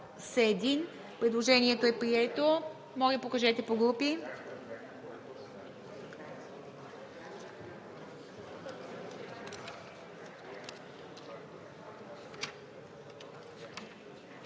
се 34. Предложението не е прието. Моля, покажете по групи.